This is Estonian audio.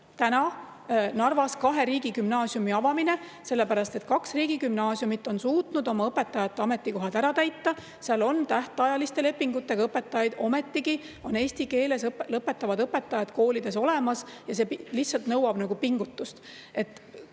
tõesta Narvas kahe riigigümnaasiumi avamine, sellepärast et kaks riigigümnaasiumi on suutnud oma õpetajate ametikohad ära täita. Seal on tähtajaliste lepingutega õpetajad, ometigi on eesti keeles õpetavad õpetajad koolides olemas, see lihtsalt nõuab pingutust.